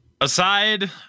Aside